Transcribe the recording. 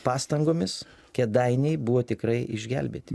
pastangomis kėdainiai buvo tikrai išgelbėti